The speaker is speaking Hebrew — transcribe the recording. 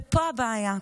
ופה הבעיה,